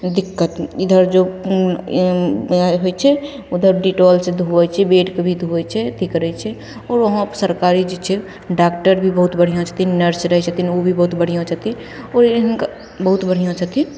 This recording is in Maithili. दिक्कत इधर जो जे होइ छै उधर डिटाॅलसे धुए छै बेडके भी धोए छै अथी करै छै ओ ओहाँपर सरकारी जे छै डाकटर भी बहुत बढ़िआँ छथिन नर्स रहै छथिन ओ भी बहुत बढ़िआँ छथिन ओ इनका बहुत बढ़िआँ छथिन